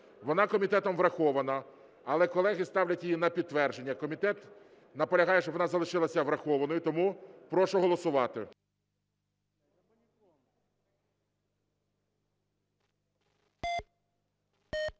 Вона комітетом врахована, але колеги ставлять її на підтвердження. Комітет наполягає, щоб вона залишилася врахованою. Тому прошу голосувати.